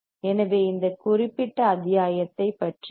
எனவே இது இந்த குறிப்பிட்ட அத்தியாயத்தைப் பற்றியது